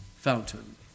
fountain